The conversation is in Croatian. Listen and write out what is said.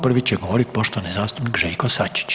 Prvi će govoriti poštovani zastupnik Željko Sačić.